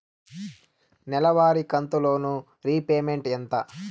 నెలవారి కంతు loan repayment ఎంత?